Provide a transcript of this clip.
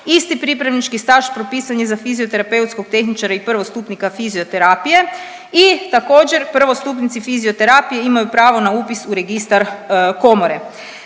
isti pripravnički staž propisan je za fizioterapeutskog tehničara i prvostupnika fizioterapije i također prvostupnici fizioterapije imaju pravo na upis u registar komore.